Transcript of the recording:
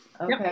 okay